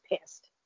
pissed